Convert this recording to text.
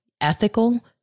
ethical